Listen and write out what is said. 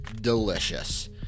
delicious